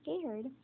scared